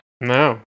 No